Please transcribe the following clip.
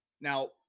Now